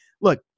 Look